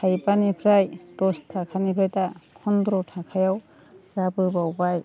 थाइबानिफ्राय दस थाखानिफ्राय दा फंद्र' थाखायाव जाबोबावबाय